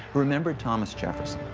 who remembered thomas jefferson,